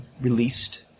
released